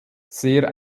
sehr